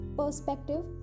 perspective